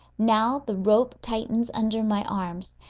now the rope tightens under my arms,